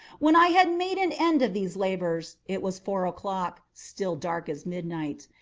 when i had made an end of these labors, it was four o'clock still dark as midnight.